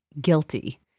guilty